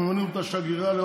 ממנים אותה לשגרירה,